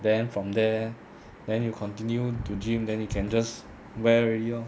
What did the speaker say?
then from there then you continue to gym then you can just wear already lor